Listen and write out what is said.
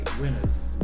winners